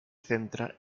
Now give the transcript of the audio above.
centra